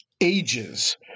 ages